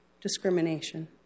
discrimination